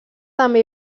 també